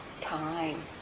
time